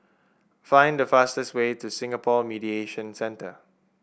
find the fastest way to Singapore Mediation Centre